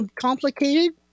complicated